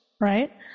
right